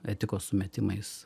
etikos sumetimais